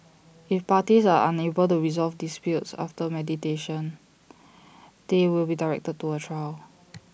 if parties are unable to resolve disputes after mediation they will be directed to A trial